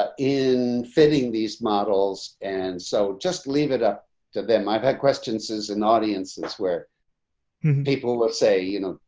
ah in fitting these models, and so just leave it up to them. i've had questions is and audiences where people will say, you know,